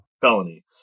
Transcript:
felony